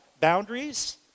boundaries